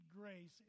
grace